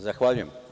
Zahvaljujem.